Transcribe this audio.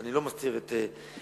אני לא מסתיר את דרכי,